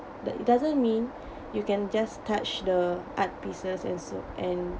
that doesn't mean you can just touch the art pieces and so and